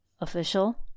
official